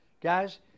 Guys